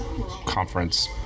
conference